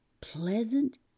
pleasant